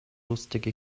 lustige